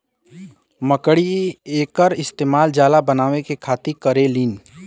मकड़ी एकर इस्तेमाल जाला बनाए के खातिर करेलीन